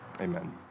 Amen